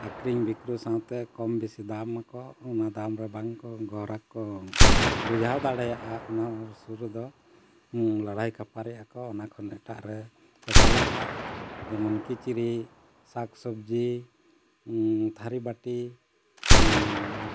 ᱟᱹᱠᱷᱨᱤᱧ ᱵᱤᱠᱨᱤ ᱥᱟᱶᱛᱮ ᱠᱚᱢ ᱵᱤᱥᱤ ᱫᱟᱢ ᱟᱠᱚ ᱚᱱᱟ ᱫᱟᱢ ᱨᱮ ᱵᱟᱝ ᱠᱚ ᱜᱚᱨᱟ ᱠᱚ ᱵᱩᱡᱷᱟᱹᱣ ᱫᱟᱲᱮᱭᱟᱜᱼᱟ ᱚᱱᱟ ᱥᱩᱨ ᱨᱮᱫᱚ ᱞᱟᱹᱲᱦᱟᱹᱭ ᱠᱷᱟᱹᱯᱟᱹᱨᱤᱜ ᱟᱠᱚ ᱚᱱᱟ ᱠᱷᱚᱱ ᱮᱴᱟᱜ ᱨᱮᱠᱚ ᱪᱟᱞᱟᱜᱼᱟ ᱡᱮᱢᱚᱱ ᱠᱤᱪᱨᱤᱡ ᱥᱟᱠ ᱥᱚᱵᱽᱡᱤ ᱛᱷᱟᱹᱨᱤ ᱵᱟᱹᱴᱤ